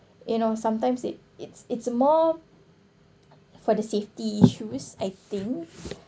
you know sometimes it it's it's more for the safety issues I think